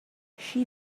she